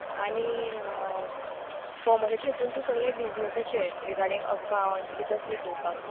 आनी कॉमर्साच्या हितून तूं सगलें बिजनसीसचें रिगार्डींग अकाउंट बी तसलें पळोवपाक